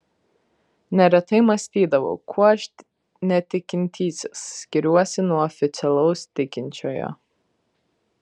neretai mąstydavau kuo aš netikintysis skiriuosi nuo oficialaus tikinčiojo